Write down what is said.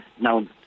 Now